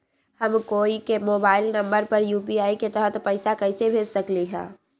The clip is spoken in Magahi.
हम कोई के मोबाइल नंबर पर यू.पी.आई के तहत पईसा कईसे भेज सकली ह?